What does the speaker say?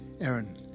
Aaron